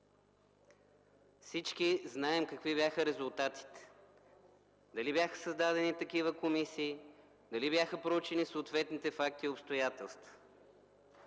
Всички знаем какви бяха резултатите – дали бяха създадени такива комисии, дали бяха проучени съответните факти и обстоятелства.